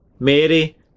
Mary